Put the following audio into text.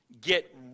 Get